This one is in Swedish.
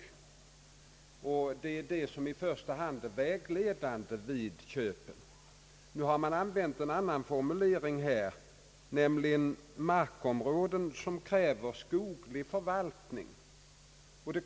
Produktiviteten skall i första hand vara vägledande vid köp. Nu har utskottet använt en annan formulering, nämligen att tala om »markområden, som kräver skoglig förvaltning».